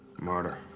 Murder